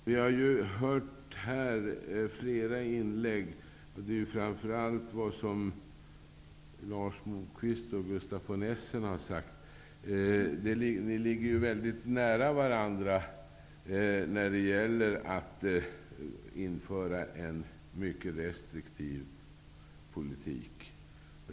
Vi har hört flera inlägg här, framför allt från Lars Moquist och Gustaf von Essen. Ni ligger väl digt nära varandra när det gäller att införa en mycket restriktiv politik.